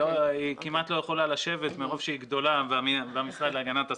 היא כמעט לא יכולה לשבת מרוב שהיא גדולה במשרד להגנת הסביבה,